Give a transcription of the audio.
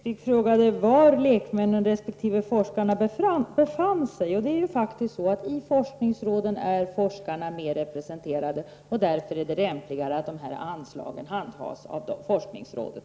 Fru talman! Inger Hestvik frågade var lekmännen resp. forskarna befann sig. I forskningsråden är forskarna mer representerade, och det är därför lämpligare att anslaget handhas av forskningsrådet.